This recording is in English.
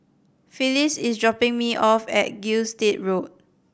Phyllis is dropping me off at Gilstead Road